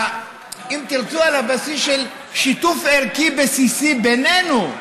אם תרצו, על הבסיס של שיתוף ערכי בסיסי בינינו: